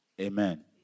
Amen